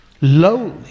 lowly